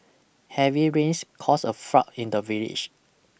heavy rains caused a flood in the village